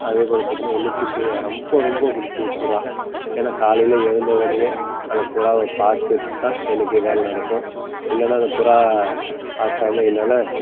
அதேபோல் பார்த்தீன்னா எனக்கு இப்போ ரொம்ப ரொம்ப பிடிச்சது புறா ஏன்னால் காலையில் எழுந்த உடனே அந்த புறாவை பார்த்துத்தான் எனக்கு வேலை நடக்கும் இல்லைனா அந்த புறா பார்க்காமே என்னால்